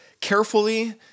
carefully